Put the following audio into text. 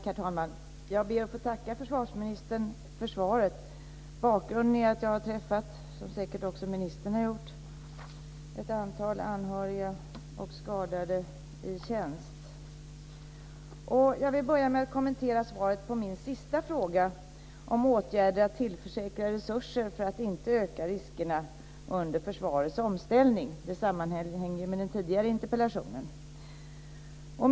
Herr talman! Jag ber att få tacka försvarsministern för svaret. Bakgrunden är att jag - som säkert också ministern har gjort - har träffat ett antal anhöriga och skadade i tjänst. Jag vill börja med att kommentera svaret på min sista fråga om åtgärder att tillförsäkra resurser för att inte öka riskerna under försvarets omställning. Det sammanhänger med den interpellation som besvarades tidigare.